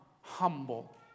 humble